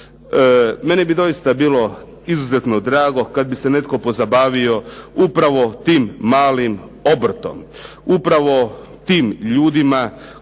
Meni bi bilo doista bilo izuzetno drago kad bi se netko pozabavio upravo tim malim obrtom, upravo tim ljudima koji